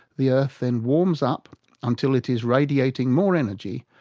the earth then warms up until it is radiating more energy,